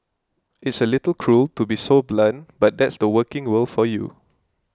it's a little cruel to be so blunt but that's the working world for you